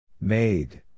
Made